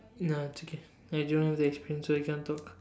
nah it's okay so you cannot talk